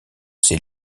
ses